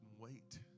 wait